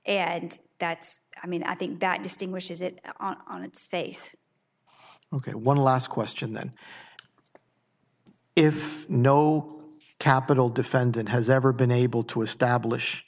and that's i mean i think that distinguishes it on its face ok one last question then if no capital defendant has ever been able to establish